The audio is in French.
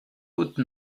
côte